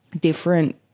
different